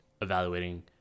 evaluating